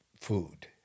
food